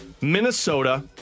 Minnesota